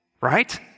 right